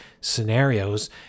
scenarios